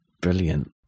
Brilliant